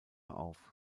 auf